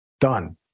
Done